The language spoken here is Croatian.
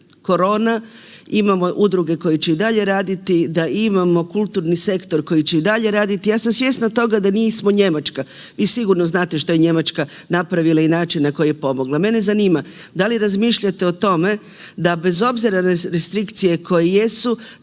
korona imamo udruge koje će i dalje raditi, da imamo kulturni sektor koji će i dalje raditi. Ja sam svjesna toga da nismo Njemačka. Vi sigurno znate što je Njemačka napravila i način na koji je pomogla. Mene zanima da li razmišljate o tome da bez obzira na restrikcije koje jesu